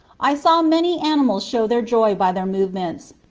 i saw many animals show their joy by their movements,